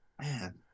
Man